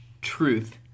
truth